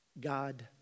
God